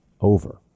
over